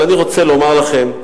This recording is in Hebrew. אבל אני רוצה לומר לכם,